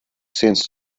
sense